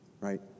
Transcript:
Right